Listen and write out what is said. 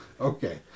okay